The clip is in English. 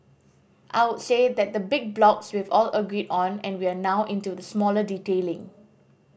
I would say that the big blocks we've all agreed on and we're now into the smaller detailing